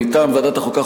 מטעם ועדת החוקה,